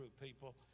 people